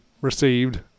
received